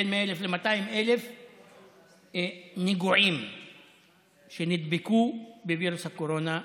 בין 100,000 ל-200,000 נגועים שנדבקו בווירוס הקורונה,